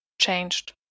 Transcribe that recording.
changed